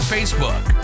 Facebook